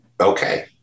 okay